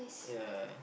ya